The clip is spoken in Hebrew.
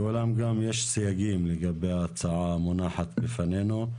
ואולם יש גם סייגים לגבי ההצעה המונחת לפנינו,